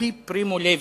על-פי פרימו לוי,